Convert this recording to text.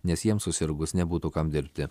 nes jiems susirgus nebūtų kam dirbti